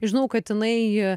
žinau kad jinai